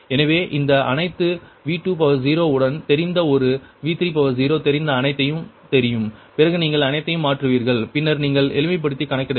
எனவே இந்த அனைத்து V20 உடன் தெரிந்த ஒரு V30 தெரிந்த அனைத்தும் தெரியும் பிறகு நீங்கள் அனைத்தையும் மாற்றுவீர்கள் பின்னர் நீங்கள் எளிமைப்படுத்தி கணக்கிடலாம்